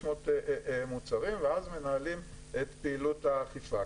מוצרים ואז מנהלים את פעילות האכיפה.